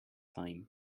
time